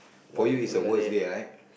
for you is the worst day right